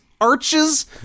arches